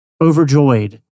overjoyed